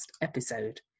episode